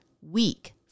weak